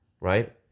right